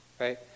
right